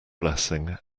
blessing